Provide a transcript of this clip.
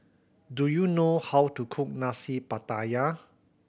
do you know how to cook Nasi Pattaya